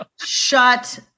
Shut